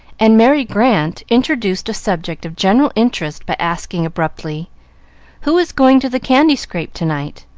and merry grant introduced a subject of general interest by asking abruptly who is going to the candy-scrape to-night?